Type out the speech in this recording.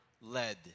led